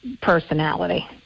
personality